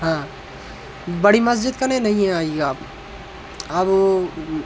हाँ बड़ी मस्जिद कने नहीं आइएगा आप अब